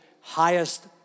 highest